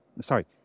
Sorry